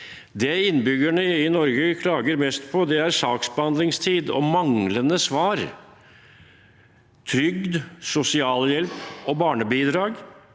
Det innbyggerne i Norge klager mest på, er saksbehandlingstid og manglende svar, trygd, sosialhjelp og barnebidrag,